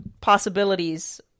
possibilities